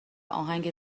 اهنگی